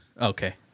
Okay